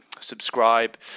subscribe